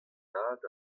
dad